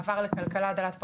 מעבר לכלכלה דלת פחמן,